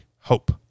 hope